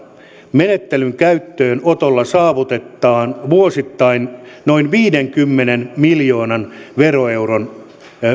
menettelyn käyttöönotolla saavutetaan vuosittain noin viidenkymmenen miljoonan veroeuron